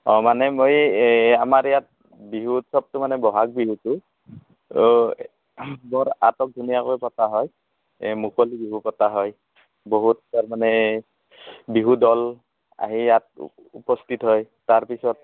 অঁ মানে মই এই এই আমাৰ ইয়াত বিহু উৎসৱটো মানে ব'হাগ বিহুটো অঁ বৰ আটক ধুনীয়াকৈ পতা হয় এই মুকলি বিহু পতা হয় বহুত তাৰমানে বিহু দল আহি ইয়াত উপস্থিত হয় তাৰপিছত